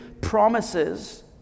promises